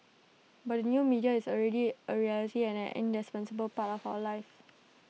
but the new media is already A reality and an indispensable part of our lives